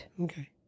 Okay